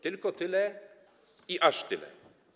Tylko tyle i aż tyle.